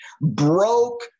broke